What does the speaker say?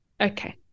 Okay